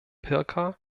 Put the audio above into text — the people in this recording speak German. pirker